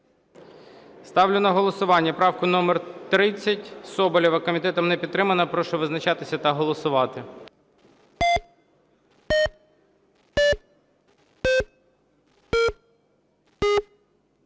Ставлю на голосування правку номер 30 Соболєва. Комітетом не підтримана. Прошу визначатися та голосувати.